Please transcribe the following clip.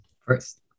First